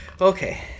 okay